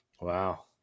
Wow